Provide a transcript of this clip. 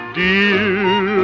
dear